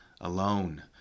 alone